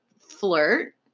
flirt